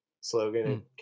slogan